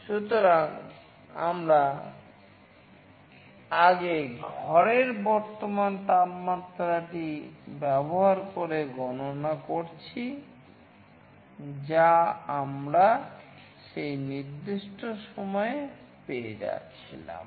সুতরাং আমরা আগে ঘরের বর্তমান তাপমাত্রাটি ব্যবহার করে গণনা করেছিযা আমরা সেই নির্দিষ্ট সময়ে পেয়ে যাচ্ছিলাম